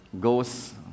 goes